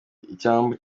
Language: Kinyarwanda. icyambu